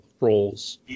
roles